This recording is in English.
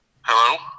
Hello